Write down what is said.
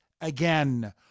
again